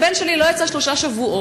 הבן שלי לא יצא שלושה שבועות,